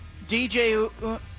DJ